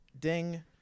ding